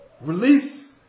Release